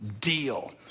deal